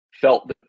felt